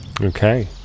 okay